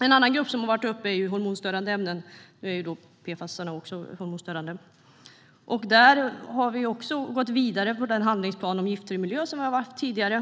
En annan grupp som har varit uppe är de hormonstörande ämnena - nu är ju även PFAS hormonstörande - och där har vi också gått vidare med den handlingsplan för en giftfri miljö vi har haft tidigare.